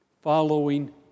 following